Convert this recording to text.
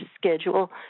schedule